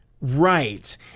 Right